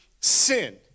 sin